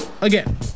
again